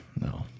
no